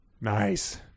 nice